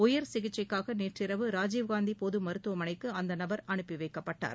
உயர் சிகிச்சைக்காக நேற்றிரவு ராஜீவ்காந்தி பொது மருத்துவமனைக்கு அந்த நபர் அனுப்பி வைக்கப்பட்டார்